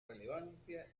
relevancia